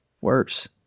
worse